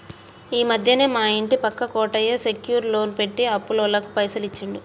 ఈ మధ్యనే మా ఇంటి పక్క కోటయ్య సెక్యూర్ లోన్ పెట్టి అప్పులోళ్లకు పైసలు ఇచ్చిండు